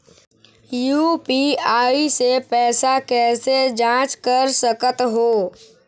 UPI से पैसा कैसे जाँच कर सकत हो?